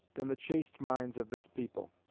than the chaste minds of this people.